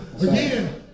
again